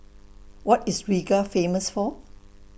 What IS Riga Famous For